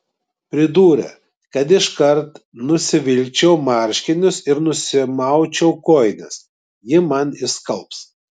pridūrė kad iškart nusivilkčiau marškinius ir nusimaučiau kojines ji man išskalbs